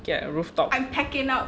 get a rooftop